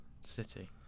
City